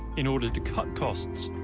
in order to cut costs